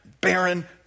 barren